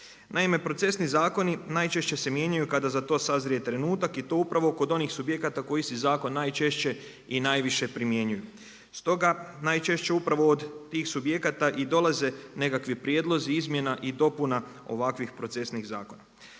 Naime, procesni zakoni najčešće se mijenjaju kada za to sazrije trenutak i to upravo kod onih subjekata kod kojih se zakon najčešće i najviše primjenjuju. Stoga najčešće upravo od tih subjekata i dolaze nekakvi prijedlozi izmjena i dopuna ovakvih procesnih zakona.